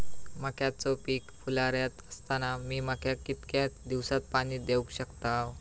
मक्याचो पीक फुलोऱ्यात असताना मी मक्याक कितक्या दिवसात पाणी देऊक शकताव?